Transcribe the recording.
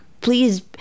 please